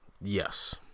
Yes